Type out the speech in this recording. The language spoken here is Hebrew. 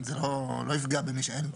זה לא יפגע במי שאין לו.